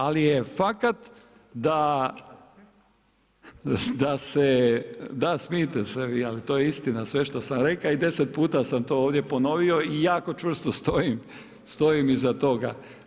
Ali je fakat da se, da smijte se vi ali to je istina sve što sam rekao i deset puta sam to ovdje ponovio i jako čvrsto stojim iza toga.